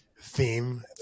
theme